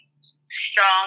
strong